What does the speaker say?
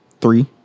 Three